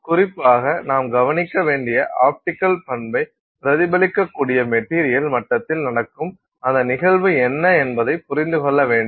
குறிப்பாக நாம் கவனிக்கக்கூடிய ஆப்டிக்கல் பண்பை பிரதிபலிக்கக்கூடிய மெட்டீரியல் மட்டத்தில் நடக்கும் அந்த நிகழ்வு என்ன என்பதைப் புரிந்து கொள்ள வேண்டும்